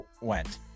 went